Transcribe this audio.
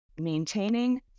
maintaining